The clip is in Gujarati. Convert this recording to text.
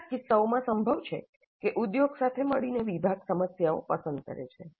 કેટલાક કિસ્સાઓમાં સંભવ છે કે ઉદ્યોગ સાથે મળીને વિભાગ સમસ્યાઓ પસંદ કરે છે